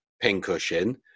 Pincushion